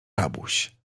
rabuś